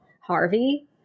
Harvey